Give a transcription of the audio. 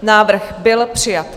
Návrh byl přijat.